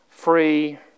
Free